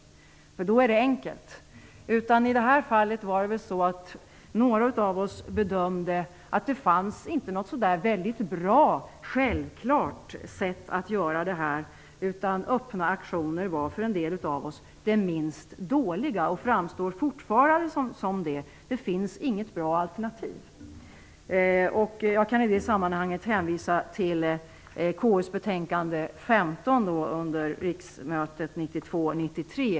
Då är det enkelt. I detta fall bedömde några av oss att det inte fanns något bra, självklart sätt att göra detta. Öppna auktioner var för en del av oss det minst dåliga och framstår fortfarande som det. Det finns inget bra alternativ. Jag kan i det sammanhanget hänvisa till KU:s betänkande 15 från riksmötet 1992/93.